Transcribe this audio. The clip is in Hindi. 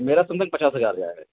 मेरा पचास हज़ार का है